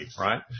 right